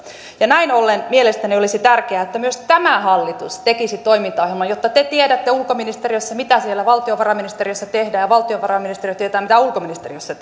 näin ollen mielestäni olisi tärkeää että myös tämä hallitus tekisi toimintaohjelman jotta te tiedätte ulkoministeriössä mitä siellä valtiovarainministeriössä tehdään ja valtiovarainministeriö tietää mitä ulkoministeriössä